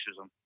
racism